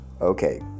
Okay